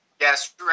Yes